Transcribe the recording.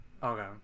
Okay